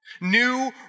New